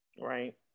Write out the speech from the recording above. Right